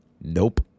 nope